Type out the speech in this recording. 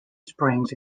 springs